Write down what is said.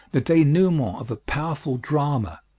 the denouement of a powerful drama,